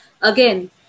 Again